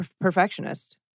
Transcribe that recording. perfectionist